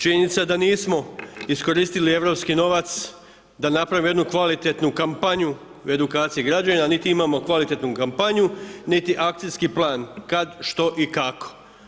Činjenica da nismo iskoristili europski novac da napravimo jednu kvalitetnu kampanju u edukaciji građana niti imamo kvalitetnu kampanju, niti akcijski plan, kad što i kako.